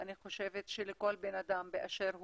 אני חושבת שלכל אדם באשר הוא,